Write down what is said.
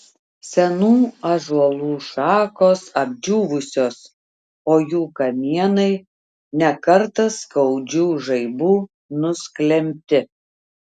senų ąžuolų šakos apdžiūvusios o jų kamienai ne kartą skaudžių žaibų nusklembti